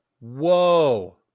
Whoa